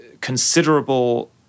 considerable